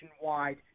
nationwide